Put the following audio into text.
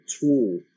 tool